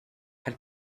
had